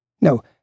No